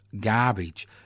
garbage